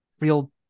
real